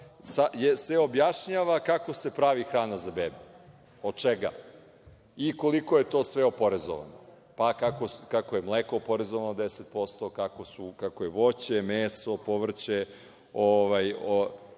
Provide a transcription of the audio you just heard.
objašnjava se kako se pravi hrana za bebe, od čega i koliko je to sve oporezovano, pa kako je mleko oporezovano 10%, kako je voće, meso, povrće